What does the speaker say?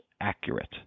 accurate